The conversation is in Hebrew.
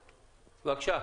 בבקשה.